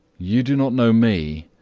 you do not know me,